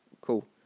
cool